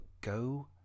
go